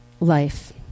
life